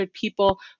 people